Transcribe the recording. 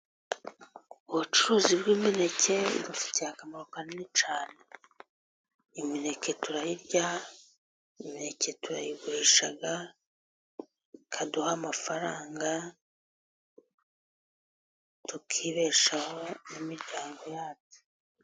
Ubucuruzi bw'imineke budufitiye akamaro kanini cyane. Imineke turayirya, imineke turayigurisha ikaduha amafaranga tukibeshaho n'imiryango yacu.